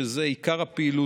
שזה עיקר הפעילות.